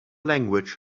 language